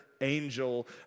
angel